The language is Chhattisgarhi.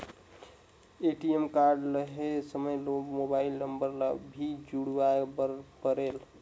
ए.टी.एम कारड लहे समय मोबाइल नंबर ला भी जुड़वाए बर परेल?